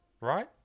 Right